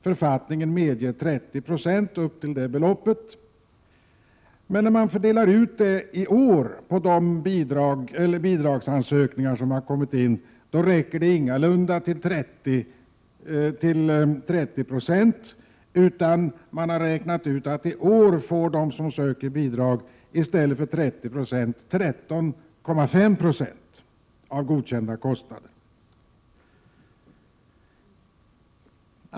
Författningen medger 30 Z upp till det beloppet, men när pengarna i år fördelas på de bidragsansökningar som kommit in räcker det ingalunda till 30 96, utan nu får de sökande 13,5 96 i stället för 30 96 av godkända kostnader.